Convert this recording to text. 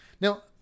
Now